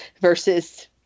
versus